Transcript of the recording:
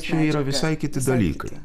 čia yra visai kiti dalykai